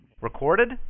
Recorded